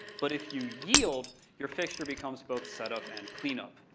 but if you yield, your fixture becomes both set up and clean up.